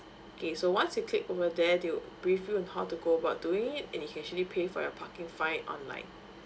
okay so once you click over there they'll brief you on how to go about doing it and you can actually pay for your parking fine online